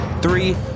three